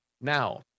now